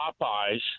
Popeye's